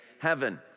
heaven